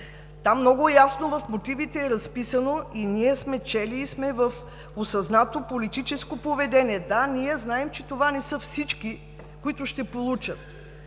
много ясно е разписано и ние сме чели и сме в осъзнато политическо поведение. Да, ние знаем, че това не са всички, които ще получат.